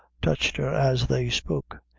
touched her as they spoke.